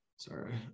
sorry